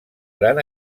gran